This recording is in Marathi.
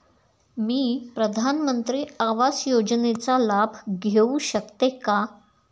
मी प्रधानमंत्री आवास योजनेचा लाभ घेऊ शकते का?